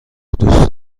دوست